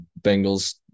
Bengals